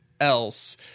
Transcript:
else